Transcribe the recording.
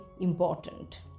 important